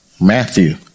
Matthew